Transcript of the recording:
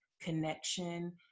connection